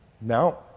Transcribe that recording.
Now